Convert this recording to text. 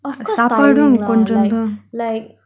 of course tiring lah like like